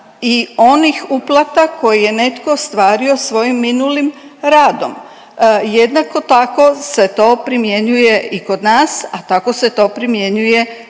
i onih uplata koje je netko ostvario svojim minulim radom. Jednako tako se to primjenjuje i kod nas, a tako se to primjenjuje